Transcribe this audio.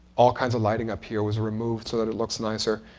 all kinds of lighting up here was removed, so that it looks nicer.